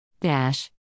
Dash